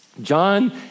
John